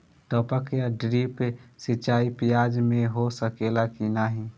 टपक या ड्रिप सिंचाई प्याज में हो सकेला की नाही?